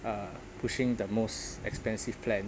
uh pushing the most expensive plan